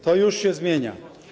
To już się zmienia.